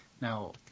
Now